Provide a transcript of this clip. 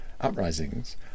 uprisings